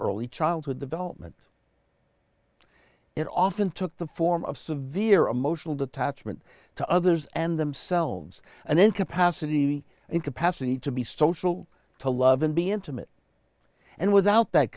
early childhood development it often took the form of severe emotional detachment to others and themselves and then capacity and capacity to be social to love and be intimate and without that